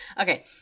okay